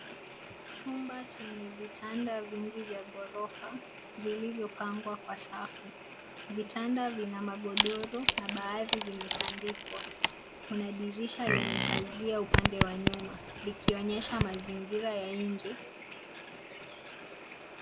Chumba chenye vitanda vingi vya gorofa vilivyo pangwa kwa safu. Vitanda vina magodoro na baadhi vimetandikwa. Kuna dirisha lenye pazia upande wa nyuma likionyesha mazingira ya nje.